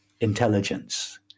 intelligence